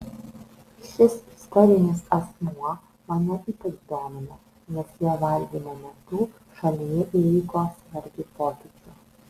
šis istorinis asmuo mane ypač domina nes jo valdymo metu šalyje įvyko svarbių pokyčių